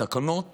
התקנות